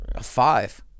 five